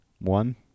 One